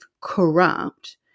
corrupt